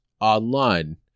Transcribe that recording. online